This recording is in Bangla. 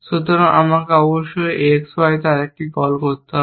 সুতরাং আমাকে অবশ্যই X Y তে আরেকটি কল করতে হবে